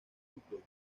fútbol